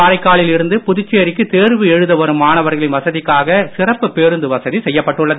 காரைக்காலில் இருந்து புதுச்சேரிக்கு தேர்வு எழுத வரும் மாணவர்களின் வசதிக்காக சிறப்பு பேருந்து வசதி செய்யப்பட்டுள்ளது